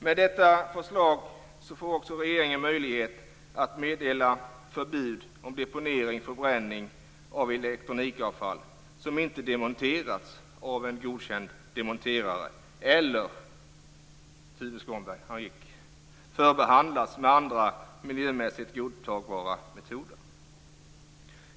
Med detta förslag får också regeringen möjlighet att meddela förbud mot deponering och förbränning av elektronikavfall som inte demonterats av en godkänd demonterare eller, Tuve Skånberg - han gick - förbehandlats med andra miljömässigt godtagbara metoder.